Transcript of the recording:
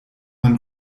man